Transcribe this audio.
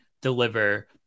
Deliver